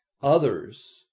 others